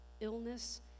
Illness